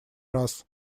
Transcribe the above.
раз